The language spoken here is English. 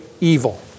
evil